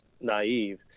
naive